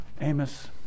Amos